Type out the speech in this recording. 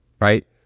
right